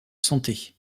santé